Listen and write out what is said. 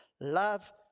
Love